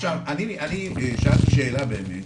אני שאלתי שאלה באמת.